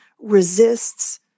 resists